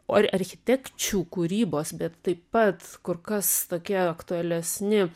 o ar architekčių kūrybos bet taip pat kur kas tokie aktualesni